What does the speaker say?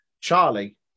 Charlie